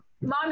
mom